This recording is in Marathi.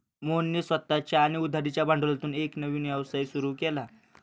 मोहनने स्वतःच्या आणि उधारीच्या भांडवलातून एक नवीन व्यवसाय सुरू केला